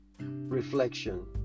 Reflection